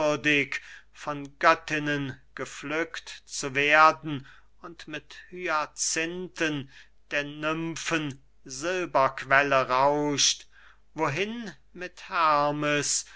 von göttinnen gepflückt zu werden und mit hyacinthen der nymphen silberquelle rauscht wohin mit hermes